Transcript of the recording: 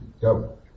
Go